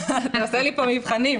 אתה עושה לי פה מבחנים.